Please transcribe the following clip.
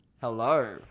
hello